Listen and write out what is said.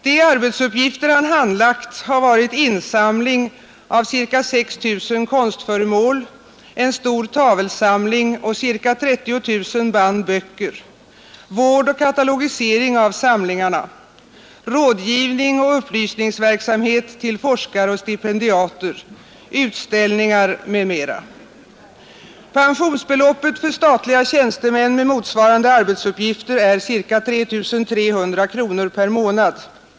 De arbetsuppgifter han handlagt har varit insamling av ca 6 000 konstföremål, en stor tavelsamling och ca 30 000 band böcker, vård och katalogisering av samlingarna, rådgivning och upplysningsverksamhet åt forskare och stipendiater, utställningar m.m. Pensionsbeloppet för statliga tjänstemän med motsvarande arbetsuppgifter är ca 3 300 kronor per månad.